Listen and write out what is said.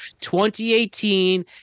2018